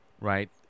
Right